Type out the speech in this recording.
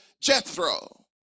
Jethro